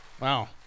Wow